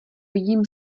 vidím